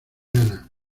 ghana